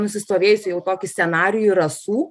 nusistovėjusį jau tokį scenarijų rasų